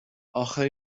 آخه